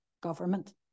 government